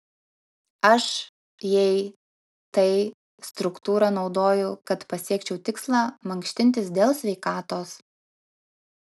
aš jei tai struktūrą naudoju kad pasiekčiau tikslą mankštintis dėl sveikatos